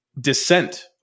dissent